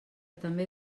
també